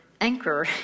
anchor